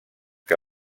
que